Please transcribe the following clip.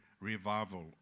revival